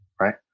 right